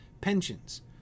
Pensions